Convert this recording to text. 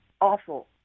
awful